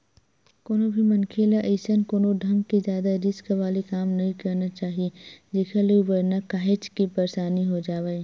कोनो भी मनखे ल अइसन कोनो ढंग के जादा रिस्क वाले काम नइ करना चाही जेखर ले उबरना काहेक के परसानी हो जावय